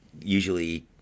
usually